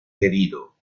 querido